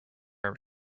are